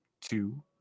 two